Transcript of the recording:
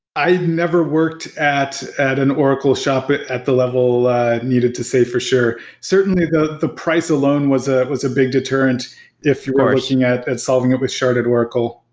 i never worked at at an oracle shop at the level needed to say, for sure. certainly, the the price alone was ah was a big deterrent if you were looking at at solving it with sharded oracle.